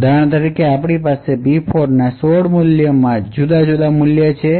તેથી ઉદાહરણ તરીકે આપની પાસે P4 ના 16 જુદા જુદા મૂલ્યો છે